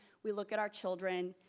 we look at our children,